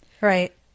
Right